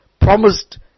promised